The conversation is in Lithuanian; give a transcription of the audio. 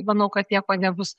manau kad nieko nebus